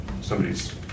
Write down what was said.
somebody's